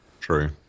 True